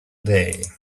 day